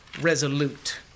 resolute